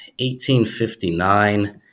1859